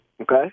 Okay